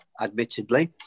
admittedly